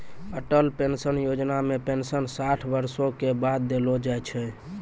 Atal pension योजना मे pension साठ बरसो के बाद देलो जाय छै